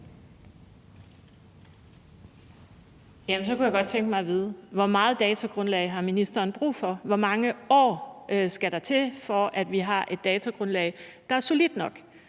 Så kunne jeg godt tænke mig at vide: Hvor meget datagrundlag har ministeren brug for? Hvor mange år skal der til for, at vi har et datagrundlag, der er solidt nok?